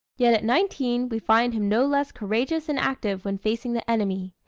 yet at nineteen we find him no less courageous and active when facing the enemy.